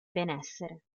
benessere